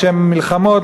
לשם מלחמות?